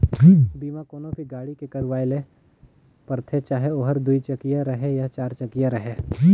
बीमा कोनो भी गाड़ी के करवाये ले परथे चाहे ओहर दुई चकिया रहें या चार चकिया रहें